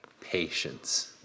patience